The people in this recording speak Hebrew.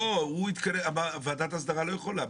לא, ועדת ההסדרה לא יכולה.